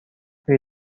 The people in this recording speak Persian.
روی